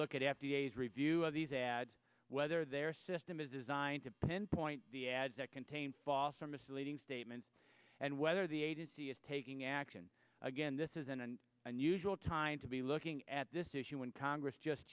look at f d a as review of these ads whether their system is designed to pinpoint the ads that contain false or misleading statements and whether the agency is taking action again this isn't an unusual time to be looking at this issue in congress just